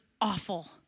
awful